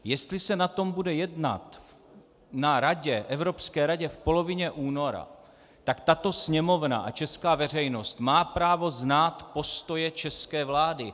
Jestli se o tom bude jednat na radě, Evropské radě v polovině února, tak tato Sněmovna a česká veřejnost má právo znát postoje české vlády.